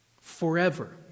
Forever